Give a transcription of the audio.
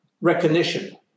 recognition